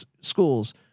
schools